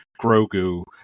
Grogu